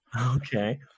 Okay